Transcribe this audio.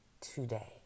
today